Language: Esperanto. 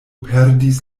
perdis